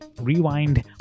rewind